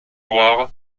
loire